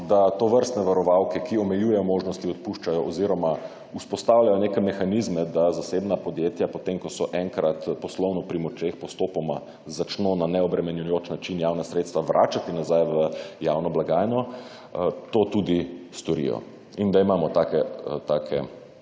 da tovrstne varovalke, ki omejujejo možnosti odpuščajo oziroma vzpostavljajo neke mehanizme, da zasebna podjetja potem, ko so enkrat poslovno pri močeh, postopoma začno na neobremenjujoč način javna sredstva vračati nazaj v javno blagajno, to tudi storijo. In da imamo take